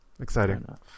Exciting